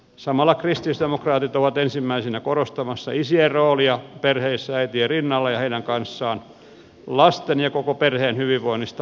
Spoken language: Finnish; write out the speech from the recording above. samalla kristillisdemokraatit ovat ensimmäisinä korostamassa isien roolia perheissä äitien rinnalla ja heidän kanssaan lasten ja koko perheen hyvinvoinnista huolehtimisessa